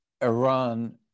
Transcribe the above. Iran